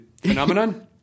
Phenomenon